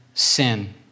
sin